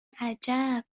عجب